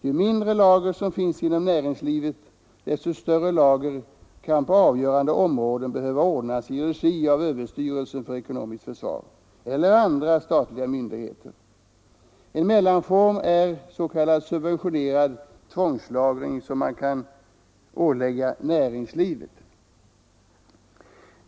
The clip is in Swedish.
Ju mindre lager som finns inom näringslivet, desto större lager kan på avgörande områden behöva ordnas i regi av överstyrelsen för ekonomiskt försvar eller andra statliga myndigheter. En mellanform är s.k. subventionerad tvångslagring som kan åläggas näringslivet.